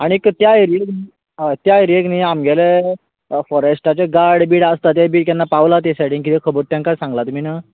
आनीक त्या ऐरयेन हय त्या ऎरयेक न्ही आमगेलें फोरेस्टाचे गार्ड बिर्ड आसता ते बी पावलां ते सायडिन किदें खबर तेंका सांगलात बिन